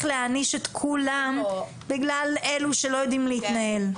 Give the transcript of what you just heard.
להעניש את כולם בגלל אלו שלא יודעים להתנהל.